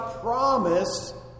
promise